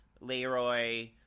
Leroy